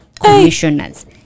Commissioners